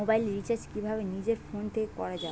Mobile recharge কিভাবে নিজের phone থেকে করা য়ায়?